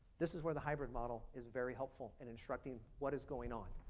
this is where the hybrid model is very helpful in instructing what is going on.